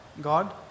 God